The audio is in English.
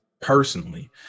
personally